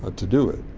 but to do it.